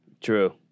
True